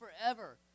forever